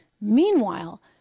Meanwhile